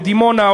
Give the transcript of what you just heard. בדימונה,